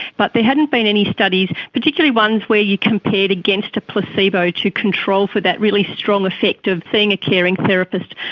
but there hadn't been any studies, particularly ones where you compared against a placebo to control for that really strong effect of seeing a caring therapist.